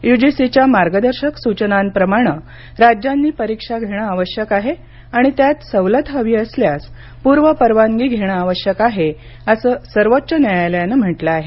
युजीसीच्या मार्गदर्शक सूचनांप्रमाणे राज्यांनी परीक्षा घेण आवश्यक आहे आणि त्यात सवलत हवी असल्यास पूर्व परवानगी घेण आवश्यक आहे असं सर्वोच्च न्यायालायान म्हटल आहे